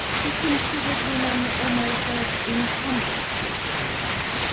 he considered women almost as incumbrances to the world,